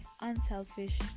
unselfish